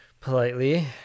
politely